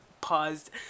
paused